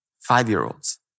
Five-year-olds